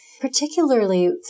particularly